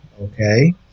okay